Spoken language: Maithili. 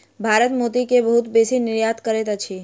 भारत मोती के बहुत बेसी निर्यात करैत अछि